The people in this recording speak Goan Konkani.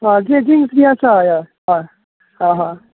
आं ड्रिंक्स बी आसा हय हय हय आं हां